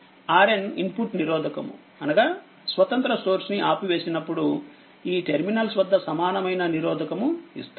RN input నిరోధకము అనగా స్వతంత్ర సోర్స్ ని ఆపివేసినప్పుడు ఈ టెర్మినల్స్ వద్ద సమానమైన నిరోధకము ఇస్తుంది